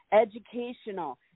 educational